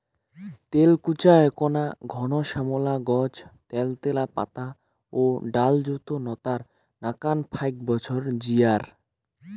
তেলাকুচা এ্যাকনা ঘন শ্যামলা গছ ত্যালত্যালা পাতা ও ডালযুত নতার নাকান ফাইক বছর জিয়ায়